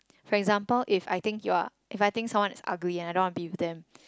for example if I think you are if I think someone is ugly and I don't wanna be with them